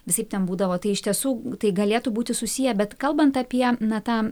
visaip ten būdavo tai iš tiesų tai galėtų būti susiję bet kalbant apie na tą